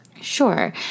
Sure